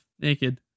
naked